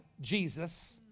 Jesus